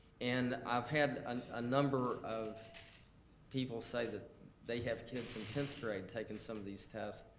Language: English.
and i've had a number of people say that they have kids in tenth grade taking some of these tests,